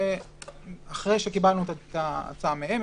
אחרי שקיבלנו את ההצעה מהם,